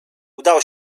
udało